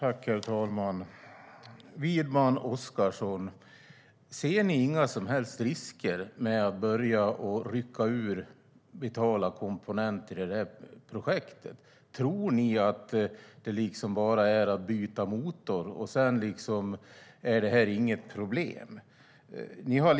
Herr talman! Widman och Oscarsson, ser ni inga som helst risker med att börja rycka ut vitala komponenter ur projektet? Tror ni att det bara är att byta motor, och sedan är problemet löst?